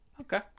Okay